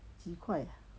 几块